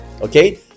okay